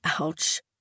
ouch